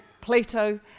Plato